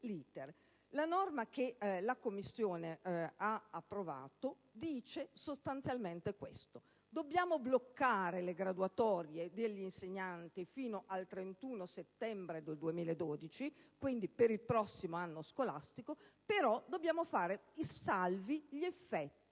La norma che la Commissione ha approvato dice sostanzialmente questo: vengono bloccate le graduatorie degli insegnanti fino al 30 settembre 2012, quindi per il prossimo anno scolastico, facendo però naturalmente salvi gli effetti